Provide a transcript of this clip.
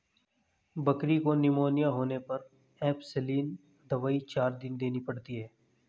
बकरी को निमोनिया होने पर एंपसलीन दवाई चार दिन देनी पड़ती है